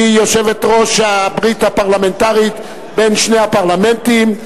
שהיא יושבת-ראש הברית הפרלמנטרית בין שני הפרלמנטים,